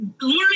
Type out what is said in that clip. learning